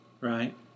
right